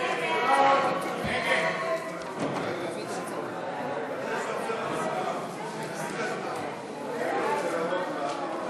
חוק השידור הציבורי הישראלי (תיקון מס' 8),